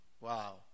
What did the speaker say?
wow